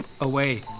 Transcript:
away